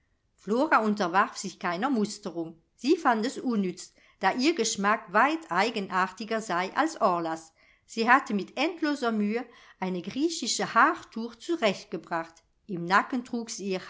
flora unterwarf sich keiner musterung sie fand es unnütz da ihr geschmack weit eigenartiger sei als orlas sie hatte mit endloser mühe eine griechische haartour zurechtgebracht im nacken trug sie